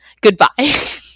Goodbye